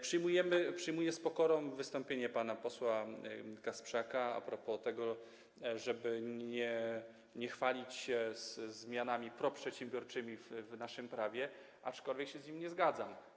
Przyjmuję z pokorą wystąpienie pana posła Kasprzaka a propos tego, żeby nie chwalić się zmianami proprzedsiębiorczymi w naszym prawie, aczkolwiek się z nim nie zgadzam.